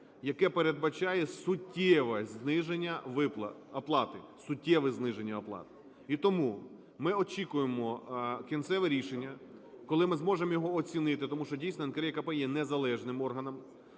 оплати, суттєве зниження оплати. І тому ми очікуємо кінцеве рішення, коли ми зможемо його оцінити, тому що дійсно НКРЕКП є незалежним органом.